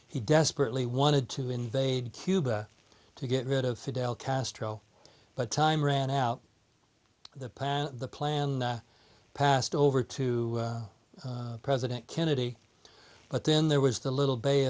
he desperately wanted to invade cuba to get rid of fidel castro but time ran out the plan the plan passed over to president kennedy but then there was the little bay